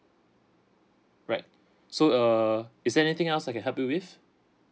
right so err is there anything else I can help you with